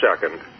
second